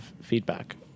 feedback